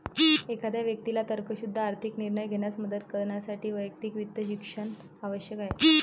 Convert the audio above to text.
एखाद्या व्यक्तीला तर्कशुद्ध आर्थिक निर्णय घेण्यास मदत करण्यासाठी वैयक्तिक वित्त शिक्षण आवश्यक आहे